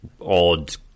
odd